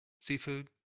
seafood